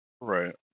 Right